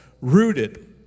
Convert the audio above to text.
Rooted